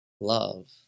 love